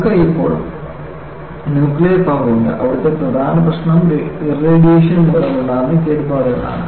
നമുക്ക് ഇപ്പോൾ nuclear power ഉണ്ട് അവിടെയുള്ള പ്രധാന പ്രശ്നം ഇർറേഡിയേഷൻ മൂലമുണ്ടായ കേടുപാടുകളാണ്